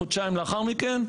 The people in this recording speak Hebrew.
חודשיים לאחר מכן,